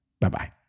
Bye-bye